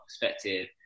perspective